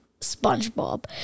SpongeBob